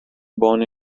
born